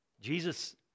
Jesus